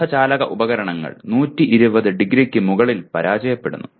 അർദ്ധചാലക ഉപകരണങ്ങൾ 120 ഡിഗ്രിക്ക് മുകളിൽ പരാജയപ്പെടുന്നു